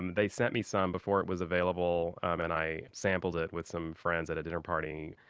they sent me some before it was available. and i sampled it with some friends at a dinner party.